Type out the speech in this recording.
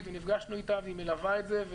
ונפגשנו איתה והיא מלווה את זה,